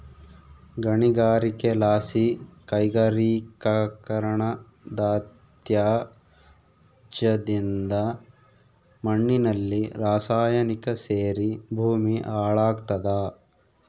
ಗಣಿಗಾರಿಕೆಲಾಸಿ ಕೈಗಾರಿಕೀಕರಣದತ್ಯಾಜ್ಯದಿಂದ ಮಣ್ಣಿನಲ್ಲಿ ರಾಸಾಯನಿಕ ಸೇರಿ ಭೂಮಿ ಹಾಳಾಗ್ತಾದ